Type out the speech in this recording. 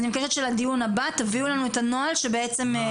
אז אני מבקשת שלדיון הבא תביאו לנו את הנוהל שבעצם מאפשר את זה.